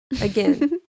Again